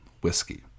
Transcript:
Whiskey